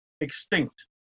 extinct